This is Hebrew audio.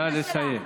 נא לסיים.